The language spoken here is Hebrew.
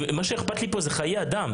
מה שאכפת לי פה זה חיי אדם.